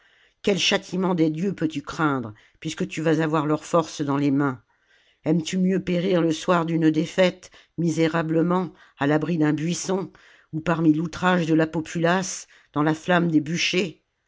quel châtiment des dieux peux-tu craindre puisque tu vas avoir leur force dans les mains aimes-tu mieux périr le soir d'une défaite misérablement à l'abri d'un buisson ou parmi l'outrage de la populace dans la flamme des bûchers